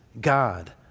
God